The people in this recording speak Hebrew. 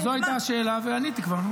אבל זו הייתה השאלה ועניתי כבר.